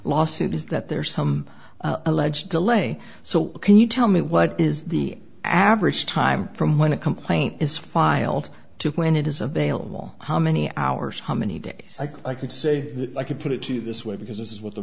lawsuit is that there's some alleged delay so can you tell me what is the average time from when a complaint is filed to when it is available how many hours how many days i could say i could put it to you this way because this is what the